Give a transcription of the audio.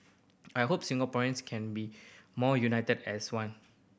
I hope Singaporeans can be more united as one